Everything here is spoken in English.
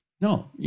No